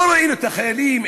לא ראינו את החיילים,